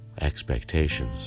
expectations